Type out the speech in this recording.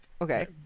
Okay